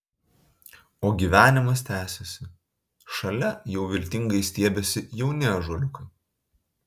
o gyvenimas tęsiasi šalia jau viltingai stiebiasi jauni ąžuoliukai